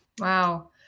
Wow